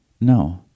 No